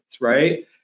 right